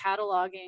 cataloging